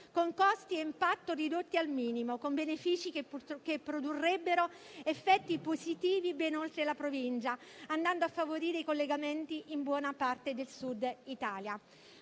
con costi e impatto ridotti al minimo e con benefici che produrrebbero effetti positivi ben oltre la provincia, andando a favorire i collegamenti in buona parte del Sud Italia.